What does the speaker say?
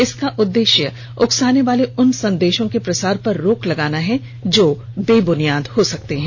इसका उद्देश्य उकसाने वाले उन संदेशों के प्रसार पर रोक लगाना है जो बेबुनियाद हो सकते हैं